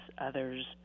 others